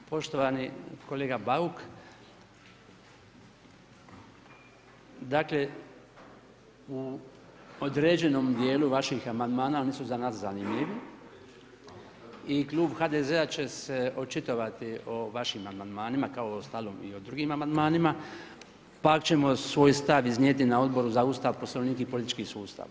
Poštovani kolega Bauk, dakle u određenom dijelu vaših amandmana oni su za nas zanimljivi i klub HDZ-a će se očitovati o vašim amandmanima kao uostalom i o drugim amandmanima pa ćemo svoj stav iznijeti na Odboru za Ustav, Poslovnik i politički sustav.